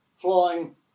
flying